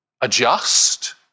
adjust